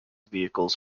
vehicles